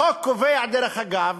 החוק קובע, דרך אגב,